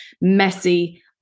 messy